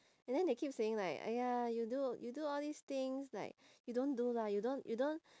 and then they keep saying like !aiya! you do you do all these things like you don't do lah you don't you don't